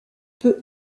peu